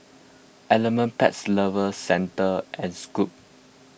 Element Pets Lovers Centre and Schweppes